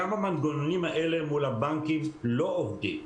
גם המנגנונים האלה מול הבנקים לא עובדים.